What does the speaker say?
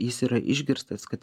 jis yra išgirstas kad